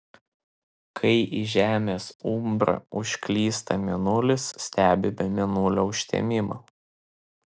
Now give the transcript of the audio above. kai į žemės umbrą užklysta mėnulis stebime mėnulio užtemimą